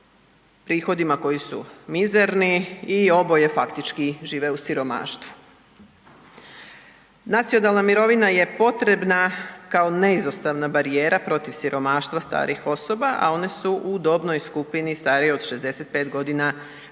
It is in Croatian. prihodima koji su mizerni i oboje faktički žive u siromaštvu. Nacionalna mirovina je potrebna kao neizostavna barijera protiv siromaštva starijih osoba, a one su u dobnoj skupini stariji od 65 godina dospjele